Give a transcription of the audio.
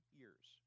years